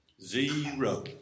Zero